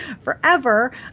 forever